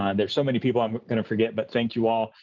um there are so many people, i'm going to forget. but thank you all,